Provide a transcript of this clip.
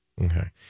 Okay